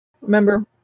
Remember